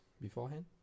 beforehand